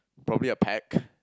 probably a peck